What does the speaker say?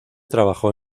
trabajó